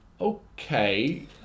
okay